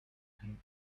him